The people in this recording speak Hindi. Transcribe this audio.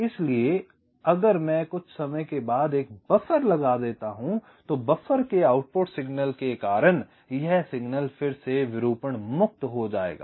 इसलिए अगर मैं कुछ समय के बाद एक बफर लगा देता हूँ तो बफर के आउटपुट सिग्नल के कारण यह सिग्नल फिर से विरूपण मुक्त हो जाएगा